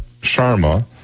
Sharma